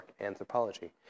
anthropology